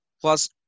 Plus